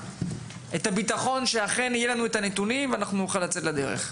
ביטחון שאכן יהיו לנו הנתונים ונוכל לצאת לדרך.